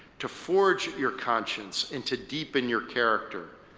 to forge your conscience, and to deepen your character.